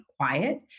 quiet